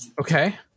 Okay